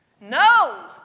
No